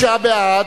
29 בעד,